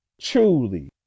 truly